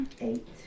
Eight